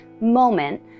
moment